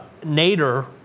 Nader